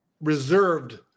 reserved